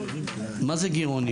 מה זה גרעוני?